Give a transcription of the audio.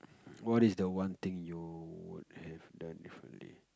what is the one thing you would have done differently